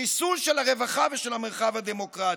חיסול של הרווחה ושל המרחב הדמוקרטי.